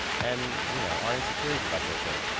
and you know, our insecurities about this are,